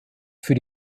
für